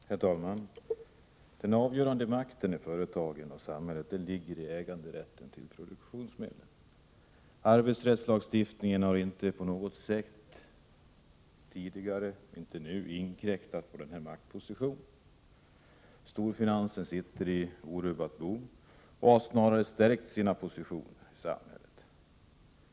Herr talman! Den avgörande makten i företagen och samhället ligger i äganderätten till produktionsmedlen. Arbetsrättslagstiftningen har inte på något sätt tidigare, och inte heller nu, inkräktat på denna maktposition. Storfinansen sitter i orubbat bo och har snarare stärkt sin position i samhället.